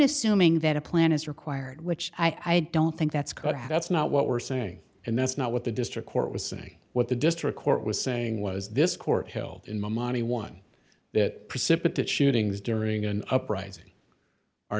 assuming that a plan is required which i don't think that's good how that's not what we're saying and that's not what the district court was say what the district court was saying was this court held in my money one that precipitated shootings during an upris